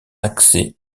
accès